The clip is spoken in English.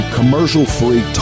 commercial-free